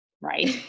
right